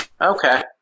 Okay